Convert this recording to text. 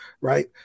right